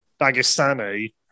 Dagestani